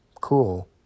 cool